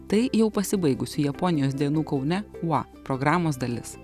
tai jau pasibaigusių japonijos dienų kaune kua programos dalis